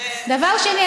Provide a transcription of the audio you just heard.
דבר שני,